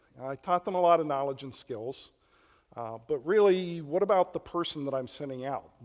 i taught them a lot of knowledge and skills but really what about the person that i'm sending out,